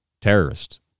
terrorist